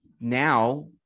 now